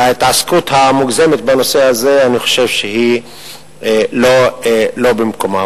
ההתעסקות המוגזמת בנושא הזה היא לדעתי לא במקומה.